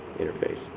interface